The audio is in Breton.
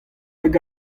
hag